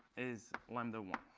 is lambda one.